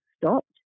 stopped